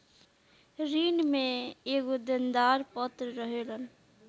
ऋण में एगो देनदार पक्ष रहेलन